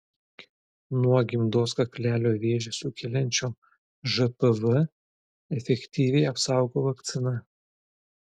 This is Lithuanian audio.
nuo gimdos kaklelio vėžį sukeliančio žpv efektyviai apsaugo vakcina